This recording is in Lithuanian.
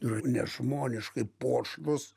ir nežmoniškai puošnus